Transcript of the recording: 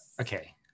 okay